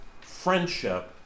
friendship